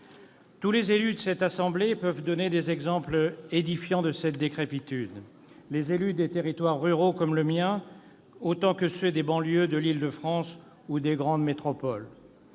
Tous les élus de cette assemblée peuvent donner des exemples édifiants de cette décrépitude. Les élus des territoires ruraux comme le mien autant que ceux des banlieues de l'Île-de-France ou des grandes métropoles.